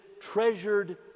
treasured